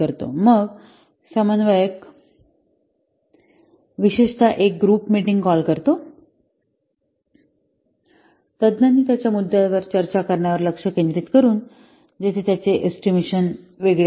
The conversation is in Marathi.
मग समन्वयक विशेषत एक ग्रुप मीटिंग कॉल करतो तज्ञांनी त्यांच्या मुद्यावर चर्चा करण्यावर लक्ष केंद्रित करून जेथे त्यांचे एस्टिमेशन वेगवेगळे असते